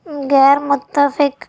غیر متفق